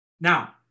now